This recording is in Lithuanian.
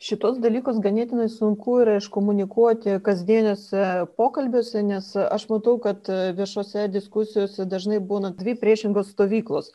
šituos dalykus ganėtinai sunku yra iškomunikuoti kasdieniuose pokalbiuose nes aš matau kad viešose diskusijose dažnai būna dvi priešingos stovyklos